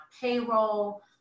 payroll